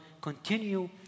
continue